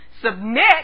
submit